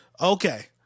Okay